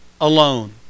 alone